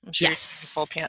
Yes